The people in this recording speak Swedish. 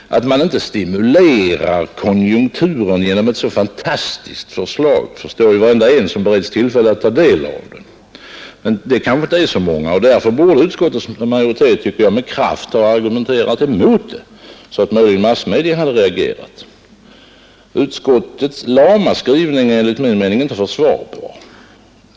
Att man inte stimulerar konjunkturen genom ett så fantastiskt förslag förstår ju varenda en som beretts tillfälle att ta del av det. Men det kanske inte är så många och därför tycker jag utskottets majoritet med kraft borde ha argumenterat emot det, så att möjligen massmedia hade reagerat. Utskottets lama skrivning är enligt min mening inte försvarbar.